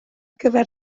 gyfer